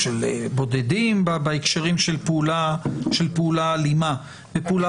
של בודדים בהקשרים של פעולה אלימה ופעולה